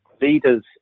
leaders